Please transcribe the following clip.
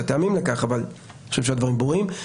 הטעמים לכך אבל אני חושב שהדברים ברורים.